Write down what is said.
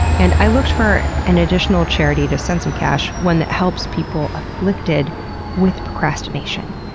and i looked for an additional charity to send some cash, one that helps people afflicted with procrastination.